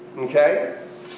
Okay